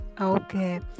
okay